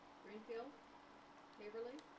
greenfield haverly